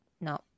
no